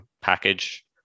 package